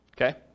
Okay